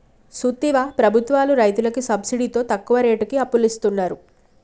సూత్తివా ప్రభుత్వాలు రైతులకి సబ్సిడితో తక్కువ రేటుకి అప్పులిస్తున్నరు